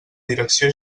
direcció